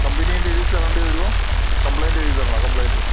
company delete ആക്കേണ്ടി വരുമോ complaint എഴുതി തരണോ കംപ്ലെയിൻ്റ്